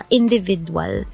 individual